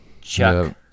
Chuck